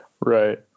Right